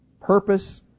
purpose